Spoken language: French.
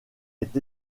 est